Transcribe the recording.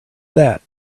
that